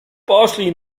poślij